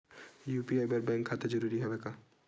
UPI बर bank खाता जरूरी हवय का?